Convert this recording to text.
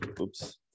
oops